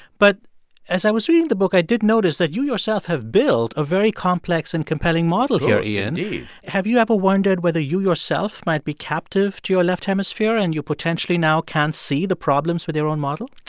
but as i was reading the book, i did notice that you, yourself, have built a very complex and compelling model here oh, indeed have you ever wondered whether you, yourself, might be captive to your left hemisphere and you, potentially, now can't see the problems with your own model?